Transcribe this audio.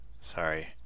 Sorry